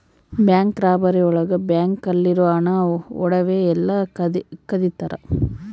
bank robbery ಒಳಗ bank ಅಲ್ಲಿರೋ ಹಣ ಒಡವೆ ಎಲ್ಲ ಕದಿತರ